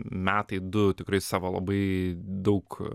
metai du tikrai savo labai daug